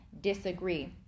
disagree